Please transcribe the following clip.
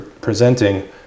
presenting